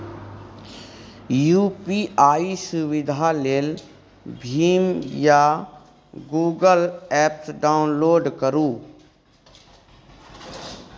UPI सुविधा लेल भीम या गुगल एप्प डाउनलोड करु